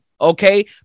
okay